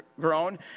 grown